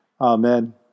Amen